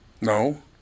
No